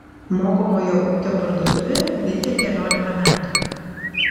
mokomojo ūkio parduotuvė veikia keliolika metų